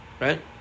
Right